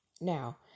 Now